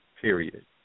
period